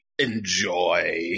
enjoy